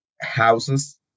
houses